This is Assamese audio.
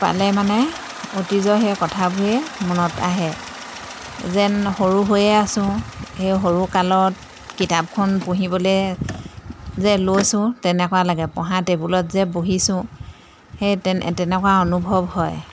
পালে মানে অতীজৰ সেই কথাবোৰে মনত আহে যেন সৰু হৈয়ে আছো সেই সৰুকালত কিতাপখন পঢ়িবলৈ যে লৈছোঁ তেনেকুৱা লাগে পঢ়া টেবুলত যে বহিছোঁ সেই তেনেকুৱা অনুভৱ হয়